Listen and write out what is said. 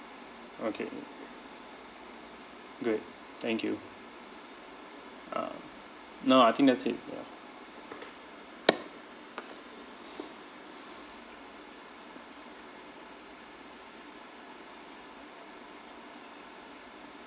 okay good thank you um no I think that's it ya